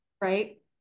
Right